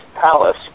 palace